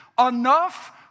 enough